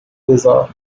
bizarre